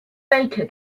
baker